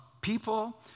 people